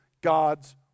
God's